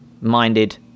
minded